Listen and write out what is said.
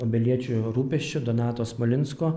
obeliečio rūpesčiu donato smalinsko